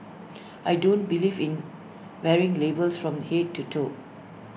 I don't believe in wearing labels from Head to toe